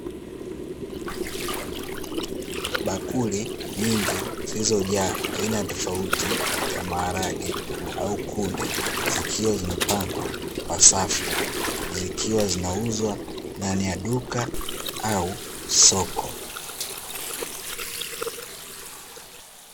Bakuli nyingi zilizoja aina tofauti ya maharage au kunde zikiwa zimepangwa kwa safu, zikiwa zinauzwa ndani ya duka au soko.